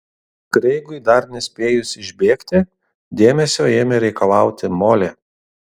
kreigui dar nespėjus išbėgti dėmesio ėmė reikalauti molė